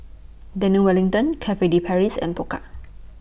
Daniel Wellington Cafe De Paris and Pokka